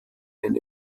eine